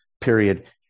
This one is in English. period